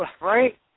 Right